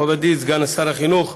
מכובדי סגן שר החינוך,